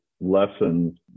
lessons